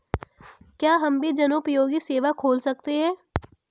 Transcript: क्या हम भी जनोपयोगी सेवा खोल सकते हैं?